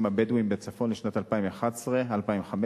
הבדואיים בצפון לשנים 2011 2015,